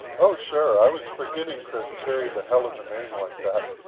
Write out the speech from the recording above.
oh, sure. i was forgetting chris carried a hell of a name like that.